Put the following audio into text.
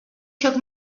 took